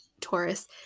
Taurus